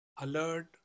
alert